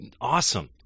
awesome